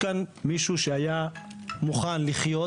יש כאן מישהו שהיה מוכן לחיות